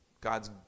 God's